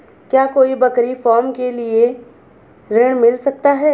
क्या कोई बकरी फार्म के लिए ऋण मिल सकता है?